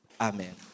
Amen